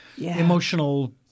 emotional